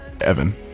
Evan